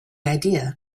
idea